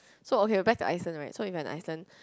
so okay back to Iceland right so we went to Iceland